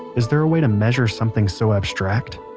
is there a way to measure something so abstract?